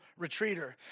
retreater